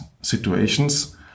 situations